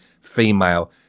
female